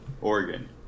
Oregon